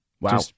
Wow